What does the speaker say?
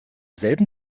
selben